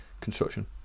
construction